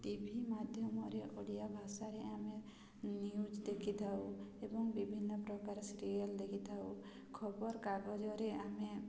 ଟି V ମାଧ୍ୟମରେ ଓଡ଼ିଆ ଭାଷାରେ ଆମେ ନ୍ୟୁଜ୍ ଦେଖିଥାଉ ଏବଂ ବିଭିନ୍ନ ପ୍ରକାର ସିରିଏଲ୍ ଦେଖିଥାଉ ଖବରକାଗଜରେ ଆମେ